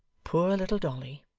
poor little dolly!